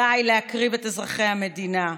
די להקריב את אזרחי המדינה.